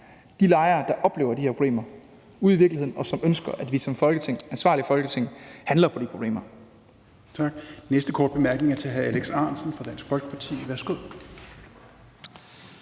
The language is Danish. de lejere, der oplever de her problemer ude i virkeligheden, og som ønsker, at vi som ansvarligt Folketing handler på de problemer.